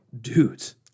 dudes